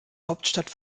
hauptstadt